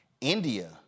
India